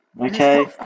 Okay